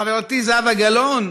חברתי זהבה גלאון,